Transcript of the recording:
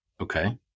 Okay